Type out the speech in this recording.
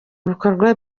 ibikorwa